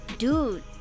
Dude